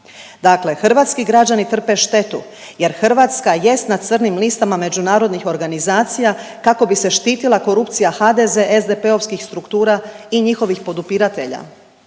Dakle, hrvatski građani trpe štetu, jer Hrvatska jest na crnim listama međunarodnih organizacija kako bi se štitila korupcija HDZ-SDP-ovskih struktura i njihovih podupiratelja,